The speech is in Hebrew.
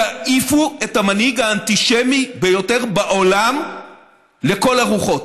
תעיפו את המנהיג האנטישמי ביותר בעולם לכל הרוחות.